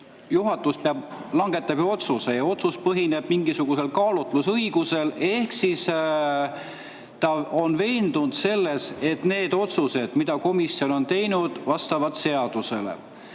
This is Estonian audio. juhatus langetab ju otsuse ja see otsus põhineb mingisugusel kaalutlusõigusel, ehk [juhatus] on veendunud selles, et need otsused, mis komisjon on teinud, vastavad seadusele,